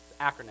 acronym